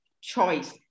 choice